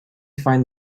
find